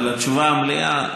אבל את התשובה המלאה,